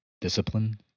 Discipline